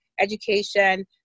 education